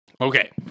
Okay